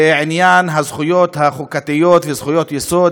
אבן הפינה בעניין החוקתיות וזכויות יסוד,